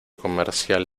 comercial